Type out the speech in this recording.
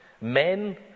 Men